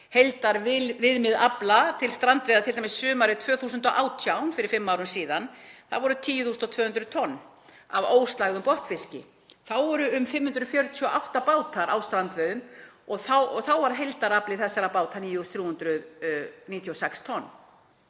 heildarviðmið afla til strandveiða sumarið 2018, fyrir fimm árum síðan, var 10.200 tonn af óslægðum botnfiski. Þá voru um 548 bátar á strandveiðum og var heildarafli þessara báta 9.396 tonn.